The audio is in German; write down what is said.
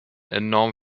enorm